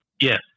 yes